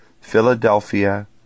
Philadelphia